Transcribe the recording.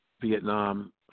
Vietnam